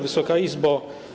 Wysoka Izbo!